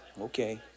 Okay